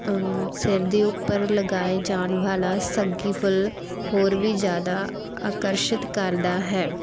ਸਿਰ ਦੇ ਉੱਪਰ ਲਗਾਏ ਜਾਣ ਵਾਲਾ ਸੱਗੀ ਫੁੱਲ ਹੋਰ ਵੀ ਜ਼ਿਆਦਾ ਆਕਰਸ਼ਿਤ ਕਰਦਾ ਹੈ